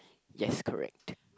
yes correct